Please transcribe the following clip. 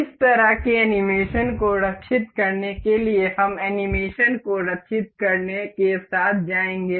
इस तरह के एनीमेशन को रक्षित करने के लिए हम एनीमेशन को रक्षित करने के साथ जाएंगे